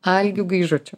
algiu gaižučiu